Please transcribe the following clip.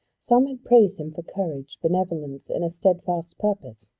some had praised him for courage, benevolence, and a steadfast purpose.